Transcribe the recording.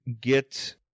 get